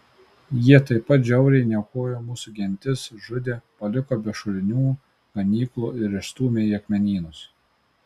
jie taip pat žiauriai niokojo mūsų gentis žudė paliko be šulinių ganyklų ir išstūmė į akmenynus